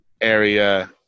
area